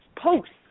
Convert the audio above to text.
posts